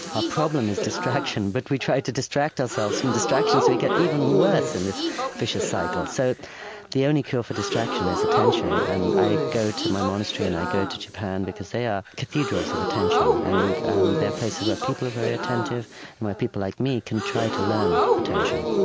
our problem is distraction. but we try to distract ourselves from distractions, so we get even worse in this vicious cycle so the only cure for distraction is attention. and i go to my monastery and i go to japan because they are cathedrals of attention. and um they're they're places where people are very attentive and where people like me can try to learn attention